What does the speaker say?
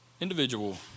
individual